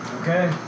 Okay